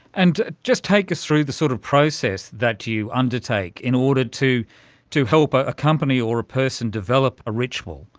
and just take us through the sort of process that you undertake in order to to help a a company or a person develop a ritual.